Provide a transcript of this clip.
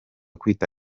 kwita